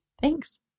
Thanks